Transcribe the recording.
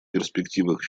перспективах